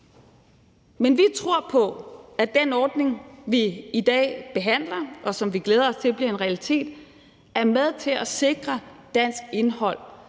Men vi tror på, at den ordning, der bliver behandlet i dag, og som vi glæder os til bliver en realitet, er med til at sikre dansk indhold,